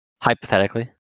Hypothetically